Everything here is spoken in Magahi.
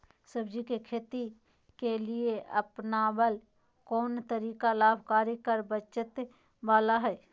सब्जी के खेती के लिए अपनाबल कोन तरीका लाभकारी कर बचत बाला है?